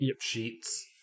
sheets